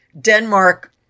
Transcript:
Denmark